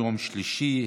יום שלישי,